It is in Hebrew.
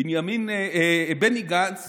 בני גנץ